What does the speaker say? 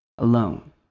Alone